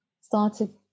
started